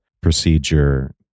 procedure